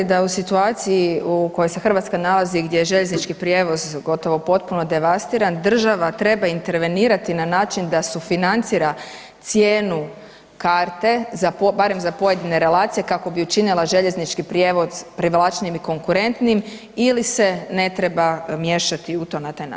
Mislite li da u situaciji u kojoj se Hrvatska nalazi gdje je željeznički prijevoz gotovo potpuno devastiran država treba intervenirati na način da sufinancira cijenu karte barem za pojedine relacije kako bi učinila željeznički prijevoz privlačnijim i konkurentnijim ili se ne treba miješati u to na taj način?